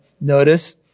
Notice